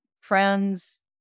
friends